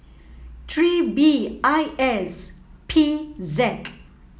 three B I S P Z